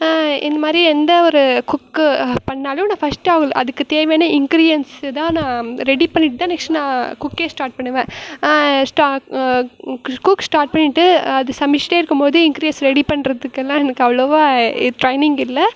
இந்தமாதிரி எந்தவொரு குக்கு பண்ணிணாலும் நான் ஃபஸ்ட்டு அவுல் அதுக்குத் தேவையான இன்கிரியன்ஸு தான் நான் ரெடி பண்ணிவிட்டு தான் நெக்ஸ்ட் நான் குக்கே ஸ்டார்ட் பண்ணுவேன் ஸ் குக்ஸ் ஸ்டார்ட் பண்ணிவிட்டு அது சமைச்சுட்டே இருக்கும் போது இன்கிரியஸ் ரெடி பண்ணறதுக்கெல்லாம் எனக்கு அவ்வளோவா ஏ ட்ரெயினிங் இல்லை